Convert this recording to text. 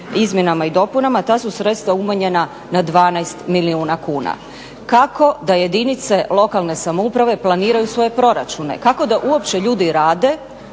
izmjenama i dopunama ta su sredstva umanjena na 12 milijuna kuna. Kako da jedinice lokalne samouprave planiraju svoje proračune, kako da uopće ljudi rade,